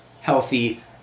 healthy